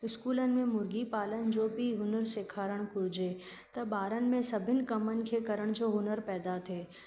स्कूलनि में मुर्गी पालन जो बि हुनुरु सेखारणु घुरिजे त ॿारनि में सभिनि कमनि खे करणु जो हुनुरु पैदा थिए